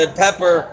pepper